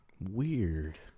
weird